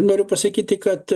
noriu pasakyti kad